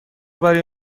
برای